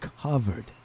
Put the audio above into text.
covered